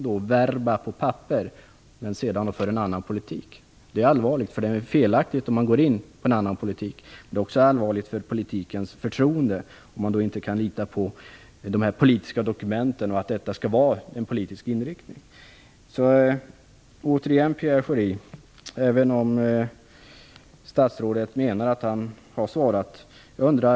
Det är klara verba på papperet, men man för en annan politik. Det är allvarligt därför att det är fel att gå in på en annan politik, men det är också allvarligt vad gäller förtroendet för politiken. Det går kanske inte att lita på att det som uttrycks i politiska dokument också skall vara den politiska inriktningen. Även om statsrådet menar att han har svarat undrar jag fortfarande.